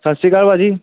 ਸਤਿ ਸ਼੍ਰੀ ਅਕਾਲ ਭਾਜੀ